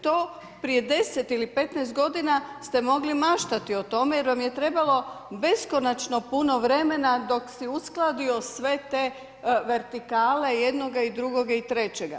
To prije 10 ili 15 g. ste mogli maštati o tome, jer vam je trebalo beskonačno puno vremena dok si uskladio sve te vertikale i jednoga i drugoga i trećega.